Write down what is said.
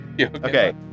Okay